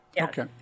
Okay